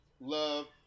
love